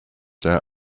their